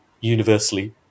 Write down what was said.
universally